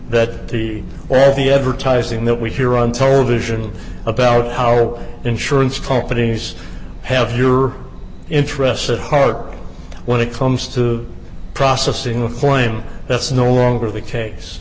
that the all the advertising that we hear on television about how insurance companies have your interests at heart when it comes to processing a flame that's no longer the ca